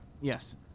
Yes